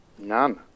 None